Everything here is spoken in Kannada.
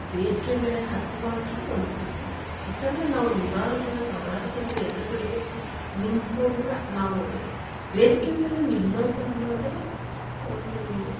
ವೇದಿಕೆ ಮೇಲೆ ಹತ್ತುವಾಗಲೇ ಒಂದು ಸ್ವಲ್ಪ ಯಾಕಂದರೆ ನಾವು ನೂರಾರು ಜನ ಸಾವಿರಾರು ಜನ್ರು ಎದುರುಗಡೆಗೆ ನಿಂತ್ಕೊಂಡು ನಾವು ವೇದಿಕೆ ಮೇಲೆ ನಿಲ್ಲೋದು ಅನ್ನೋದೆ ಒಂದು